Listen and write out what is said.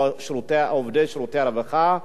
או עובדי שירותי הרווחה,